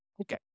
Okay